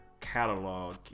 catalog